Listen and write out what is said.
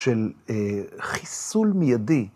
של חיסול מיידי.